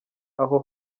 aho